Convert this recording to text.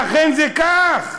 ואכן זה כך,